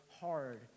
hard